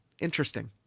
interesting